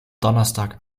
donnerstag